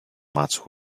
much